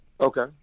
Okay